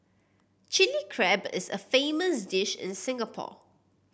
Chilli Crab is a famous dish in Singapore